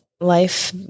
life